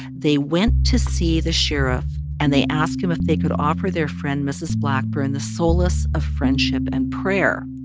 they went to see the sheriff, and they ask him if they could offer their friend mrs. blackburn the solace of friendship and prayer.